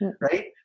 right